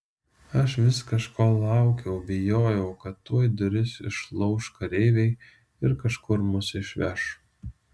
aš vis kažko laukiau bijojau kad tuoj duris išlauš kareiviai ir kažkur mus išveš